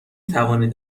توانید